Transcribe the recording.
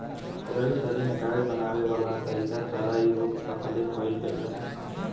तेरहवीं सदी में कागज बनावे वाला तरीका सारा यूरोप तकले फईल गइल रहे